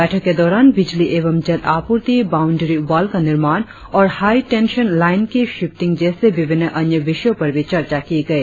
बैठक के दौरान बिजली एवं जल आपूर्ति बाउंडरी वाल का निर्माण और हाई टेंशन लाइन की शिफ्टिंग जैसे विभिन्न अन्य विषयों पर भी चर्चा की गई